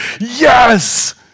Yes